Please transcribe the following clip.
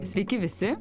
sveiki visi